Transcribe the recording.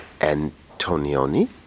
Antonioni